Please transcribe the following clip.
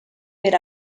per